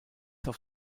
auf